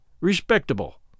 respectable